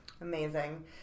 Amazing